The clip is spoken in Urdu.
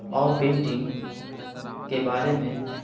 اور پینٹنگ کے بارے میں